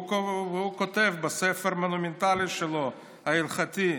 הוא כותב בספר המונומנטלי שלו, ההלכתי,